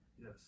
Yes